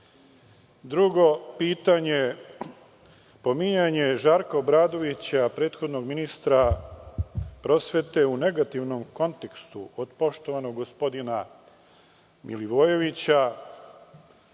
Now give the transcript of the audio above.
to. Drugo pitanje, pominjanje Žarka Obradovića, prethodnog ministra prosvete u negativnom kontekstu od poštovanog gospodina Milivojevića